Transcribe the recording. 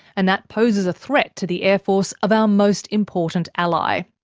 and that poses a threat to the air force of our most important ally.